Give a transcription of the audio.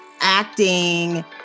acting